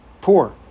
poor